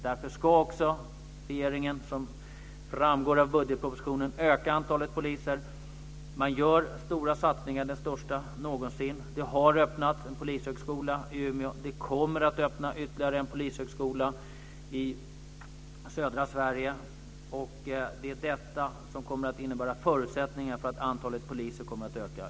Därför ska också regeringen, vilket framgår av budgetpropositionen, öka antalet poliser. Man gör stora satsningar, de största någonsin. Det har öppnats en polishögskola i Umeå, och det kommer att öppnas ytterligare en polishögskola i södra Sverige. Detta kommer att innebära förutsättningar för att antalet poliser kommer att öka.